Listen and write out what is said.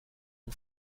mon